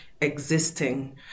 existing